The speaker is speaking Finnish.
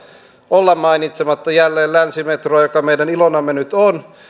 olla mainitsematta jälleen länsimetroa joka meidän ilonamme nyt on